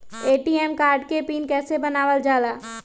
ATM card के PIN कैसे बनावल जाला?